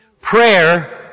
Prayer